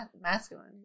masculine